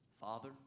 Father